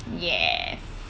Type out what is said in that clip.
yes